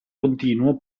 continuo